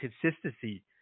consistency